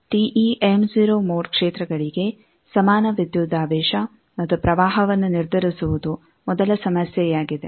TEm 0 mode ಕ್ಷೇತ್ರಗಳಿಗೆ ಸಮಾನ ವಿದ್ಯುದಾವೇಶ ಮತ್ತು ಪ್ರವಾಹವನ್ನು ನಿರ್ಧರಿಸುವುದು ಮೊದಲ ಸಮಸ್ಯೆಯಾಗಿದೆ